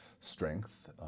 strength